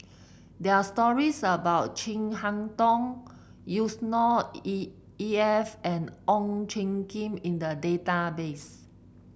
there are stories about Chin Harn Tong Yusnor E E F and Ong Tjoe Kim in the database